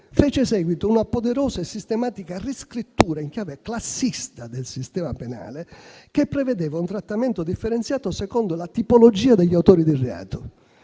fece seguito una poderosa e sistematica riscrittura in chiave classista del sistema penale, che prevedeva un trattamento differenziato secondo la tipologia degli autori di reato: